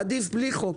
עדיף בלי חוק.